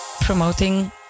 promoting